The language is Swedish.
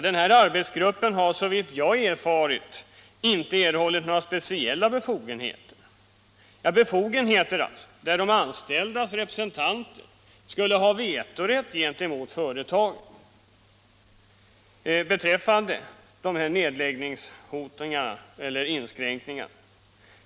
Denna arbetsgrupp har, såvitt jag erfarit, inte erhållit några speciella befogenheter — befogenheter enligt vilka de anställdas representanter skulle ha vetorätt gentemot företaget beträffande nedläggningar eller inskränkningar.